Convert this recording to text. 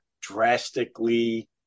drastically